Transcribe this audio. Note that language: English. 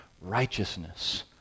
righteousness